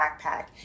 backpack